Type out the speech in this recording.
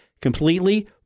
completely